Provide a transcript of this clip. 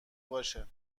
باشه